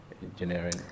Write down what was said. engineering